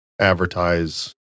advertise